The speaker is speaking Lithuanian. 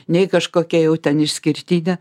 nei kažkokia jau ten išskirtinė